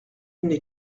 n’est